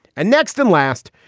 and next and last,